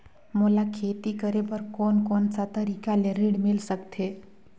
मोला खेती करे बर कोन कोन सा तरीका ले ऋण मिल सकथे?